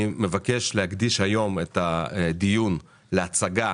מבקש להקדיש היום את הדיון להצגה